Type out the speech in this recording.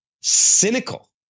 Cynical